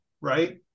right